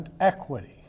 equity